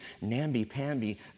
namby-pamby